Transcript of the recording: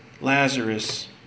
Lazarus